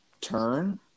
turn